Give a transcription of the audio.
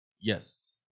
yes